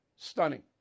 Stunning